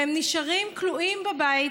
והם נשארים כלואים בבית